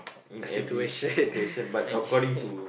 in every situation but according to